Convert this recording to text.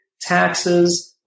taxes